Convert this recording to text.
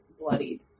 bloodied